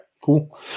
cool